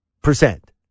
percent